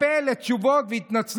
יציג השר